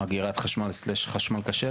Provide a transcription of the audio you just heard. אגירת חשמל או חשמל כשר?